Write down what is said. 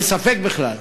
אין ספק בכלל.